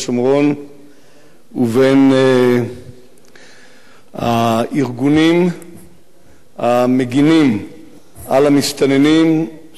ובין הארגונים המגינים על המסתננים שנכנסים לארץ-ישראל ללא רשות,